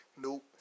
Nope